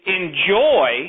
enjoy